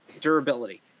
durability